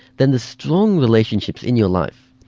than the strong relationships in your life.